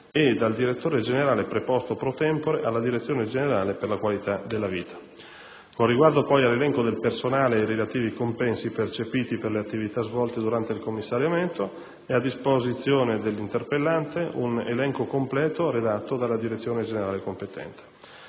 e dal direttore generale preposto *pro tempore* alla Direzione generale per la qualità della vita. Con riguardo, poi, all'elenco del personale e ai relativi compensi percepiti per le attività svolte durante il commissariamento, è a disposizione dell'interpellante un elenco completo redatto dalla direzione generale competente.